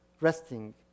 resting